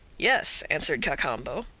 yes, answered cacambo.